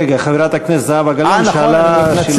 רגע, חברת הכנסת זהבה גלאון שאלה שאלה.